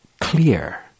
clear